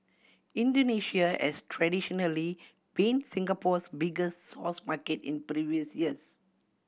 Indonesia has traditionally been Singapore's biggest source market in previous years